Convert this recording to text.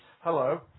Hello